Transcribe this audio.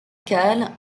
cale